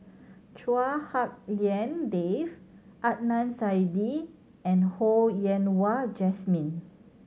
Chua Hak Lien Dave Adnan Saidi and Ho Yen Wah Jesmine